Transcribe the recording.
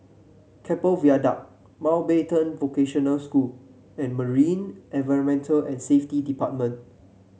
Keppel Viaduct Mountbatten Vocational School and Marine Environment and Safety Department